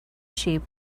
sheep